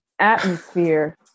atmosphere